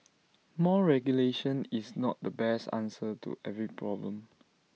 more regulation is not the best answer to every problem